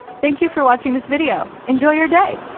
thank you for watching this video. enjoy your day!